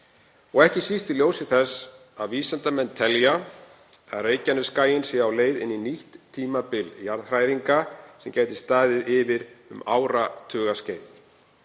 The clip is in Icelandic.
og ekki síst í ljósi þess að vísindamenn telja að Reykjanesskaginn sé á leið inn í nýtt tímabil jarðhræringa sem gæti staðið yfir um áratugaskeið.